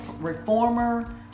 reformer